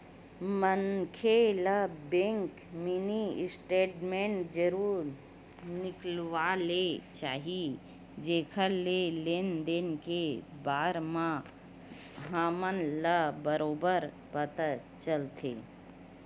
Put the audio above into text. मनखे ल bank mini statement जरूर निकलवा ले चाही जेखर ले लेन देन के बार म हमन ल बरोबर पता चलथे